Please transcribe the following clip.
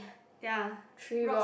ya rocks